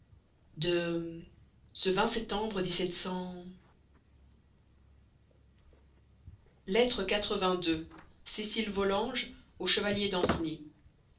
de ce septembre lettre xxi cécile vol au chevalier danceny